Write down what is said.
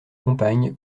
compagne